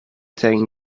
taking